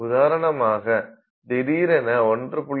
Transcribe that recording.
உதாரணமாக திடீரென 1